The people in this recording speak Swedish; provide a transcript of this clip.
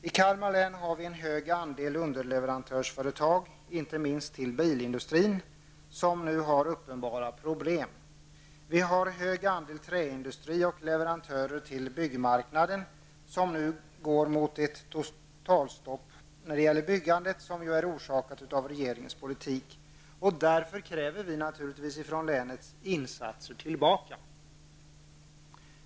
I Kalmar län har vi en hög andel underleverantörsföretag, inte minst till bilindustrin, som nu har uppenbara problem. Vi har en hög andel träindustri och leverantörer till byggmarknaden. Dessa går nu mot ett totalstopp när det gäller byggandet. Detta är orsakat av regeringens politik. Därför kräver vi naturligtvis insatser tillbaka.